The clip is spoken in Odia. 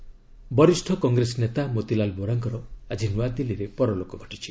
ମୋତିଲାଲ ଭୋରା ବରିଷ୍ଣ କଂଗ୍ରେସ ନେତା ମୋତିଲାଲ ଭୋରାଙ୍କର ଆଜି ନୂଆଦିଲ୍ଲୀରେ ପରଲୋକ ଘଟିଛି